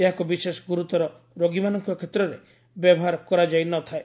ଏହାକୁ ବିଶେଷ ଗୁରୁତର ରୋଗୀମାନଙ୍କ କ୍ଷେତ୍ରରେ ବ୍ୟବହାର କରାଯାଇନଥାଏ